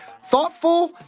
thoughtful